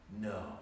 no